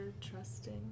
trusting